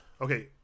Okay